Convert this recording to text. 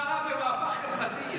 מה רע במהפך חברתי?